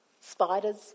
Spiders